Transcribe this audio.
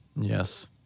Yes